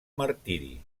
martiri